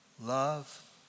Love